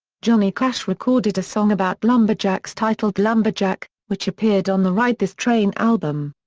johnny cash recorded a song about lumberjacks titled lumberjack, which appeared on the ride this train album.